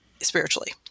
spiritually